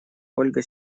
ольга